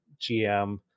GM